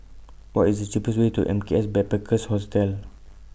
What IS The cheapest Way to M K S Backpackers Hostel